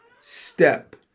step